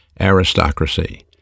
aristocracy